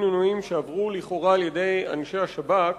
עינויים שעברו לכאורה על-ידי אנשי השב"כ